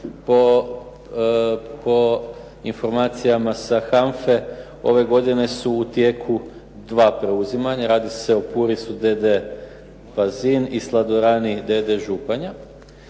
po informacijama sa HANFA-e, ove godine su u tijeku dva preuzimanja. Radi se o "Puris d.d. Pazin" i "Sladorani d.d. Županja".